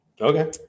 okay